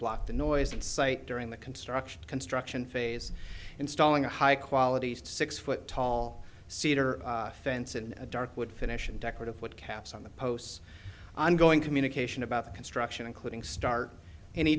block the noise in site during the construction construction phase installing a high quality six foot tall cedar fence and a dark wood finishing decorative with caps on the posts ongoing communication about the construction including start any